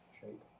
shape